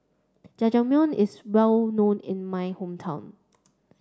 Jajangmyeon is well known in my hometown